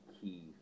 key